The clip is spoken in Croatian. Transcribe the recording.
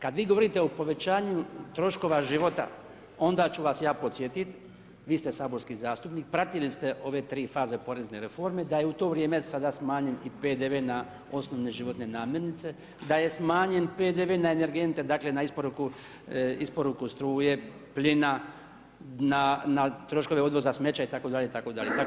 Kada vi govorite o povećanju troškova života, onda ću vas ja podsjetiti, vi ste saborski zastupnik, pratili ste ove 3 faze porezne reforme, da je u to vrijeme smanjen i PDV na osnove životne namjernice, da je smanjen PDV na energente, dakle, na isporuku struje, plina, na troškove odvoza smeća itd. itd.